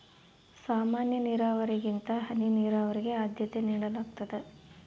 ಸಾಮಾನ್ಯ ನೇರಾವರಿಗಿಂತ ಹನಿ ನೇರಾವರಿಗೆ ಆದ್ಯತೆ ನೇಡಲಾಗ್ತದ